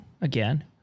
again